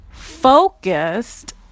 focused